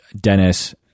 Dennis